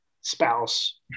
spouse